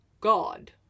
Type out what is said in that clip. God